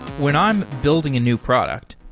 when i'm building a new product,